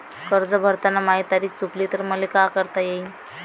कर्ज भरताना माही तारीख चुकली तर मले का करता येईन?